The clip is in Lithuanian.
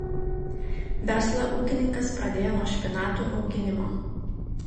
verslą ūkininkas pradėjo nuo špinatų auginimo